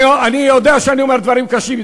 אני יודע שאני אומר דברים קשים,